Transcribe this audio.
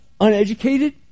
uneducated